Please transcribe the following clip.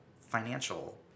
financial